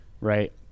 right